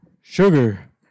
Sugar